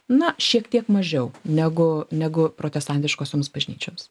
na šiek tiek mažiau negu negu protestantiškosioms bažnyčioms